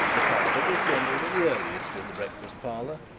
the father was generally the earliest in the breakfast-parlour,